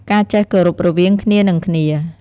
ការចេះគោរពរវាងគ្នានិងគ្នា។